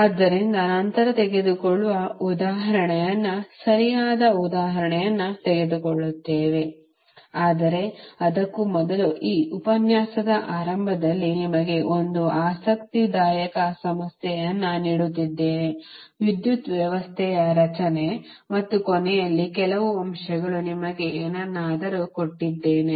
ಆದ್ದರಿಂದ ನಂತರ ತೆಗೆದುಕೊಳ್ಳುವ ಉದಾಹರಣೆಯನ್ನು ಸರಿಯಾದ ಉದಾಹರಣೆಯನ್ನು ತೆಗೆದುಕೊಳ್ಳುತ್ತೇವೆ ಆದರೆ ಅದಕ್ಕೂ ಮೊದಲು ಈ ಉಪನ್ಯಾಸದ ಆರಂಭದಲ್ಲಿ ನಿಮಗೆ ಒಂದು 1 ಆಸಕ್ತಿದಾಯಕ ಸಮಸ್ಯೆಯನ್ನು ನೀಡುತ್ತಿದ್ದೇನೆ ವಿದ್ಯುತ್ ವ್ಯವಸ್ಥೆಯ ರಚನೆ ಮತ್ತು ಕೊನೆಯಲ್ಲಿ ಕೆಲವು ಅಂಶಗಳು ನಿಮಗೆ ಏನನ್ನಾದರೂ ಕೊಟ್ಟಿದ್ದೇನೆ